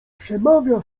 przemawia